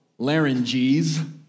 larynges